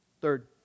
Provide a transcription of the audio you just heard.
Third